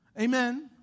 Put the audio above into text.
amen